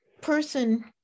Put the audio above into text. person